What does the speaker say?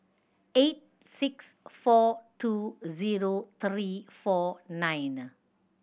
eight six four two zero three four nine